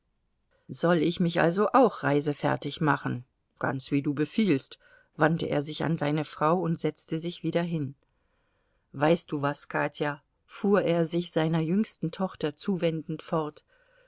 soll ich mich also auch reisefertig machen ganz wie du befiehlst wandte er sich an seine frau und setzte sich wieder hin weißt du was katja fuhr er sich seiner jüngsten tochter zuwendend fort